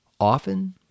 Often